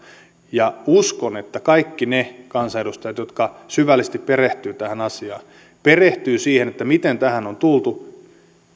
ja uskon että kaikki ne kansanedustajat jotka syvällisesti perehtyvät tähän asiaan perehtyvät siihen miten tähän on tultu